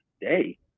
day